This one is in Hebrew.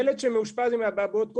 ילד שמאושפז עם אבעבועות קוף,